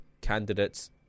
candidates